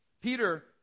Peter